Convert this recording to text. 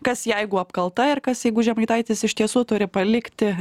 kas jeigu apkalta ir kas jeigu žemaitaitis iš tiesų turi palikti